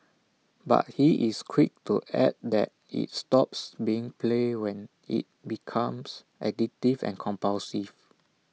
but he is quick to add that IT stops being play when IT becomes addictive and compulsive